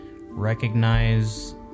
recognize